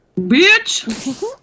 bitch